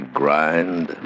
grind